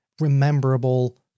rememberable